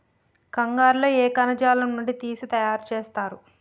కంగారు లో ఏ కణజాలం నుండి తీసి తయారు చేస్తారు?